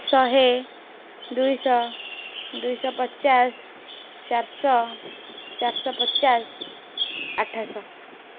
ଶହେ ଦୁଇଶହ ଦୁଇଶହ ପଚାଶ ଚାରିଶହ ଚାରିଶହ ପଚାଶ ଆଠଶହ